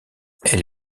elle